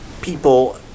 people